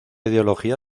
ideología